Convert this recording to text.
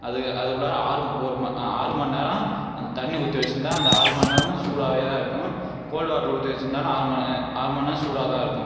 அதுக்கு அது உள்ளார ஆறும் ஒரும்ம அ ஆறு மணிநேரம் அந்த தண்ணி ஊற்றி வெச்சிருந்தால் அந்த ஆறு மணி நேரமும் சூடாகவே தான் இருக்கும் கோல்ட் வாட்டர் ஊற்றி வெச்சிருந்தாலும் ஆறு மணி ஏ ஆறு மணிநேரம் சூடாதான் இருக்கும்